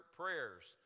prayers